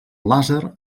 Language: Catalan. làser